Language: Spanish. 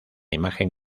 imagen